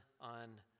on